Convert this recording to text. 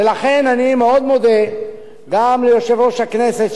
לכן אני מאוד מודה גם ליושב-ראש הכנסת,